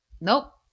nope